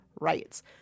rights